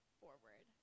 forward